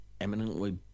eminently